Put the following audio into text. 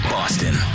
Boston